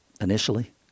initially